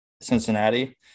Cincinnati